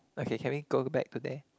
okay can we go back to there